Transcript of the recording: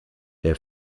der